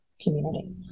community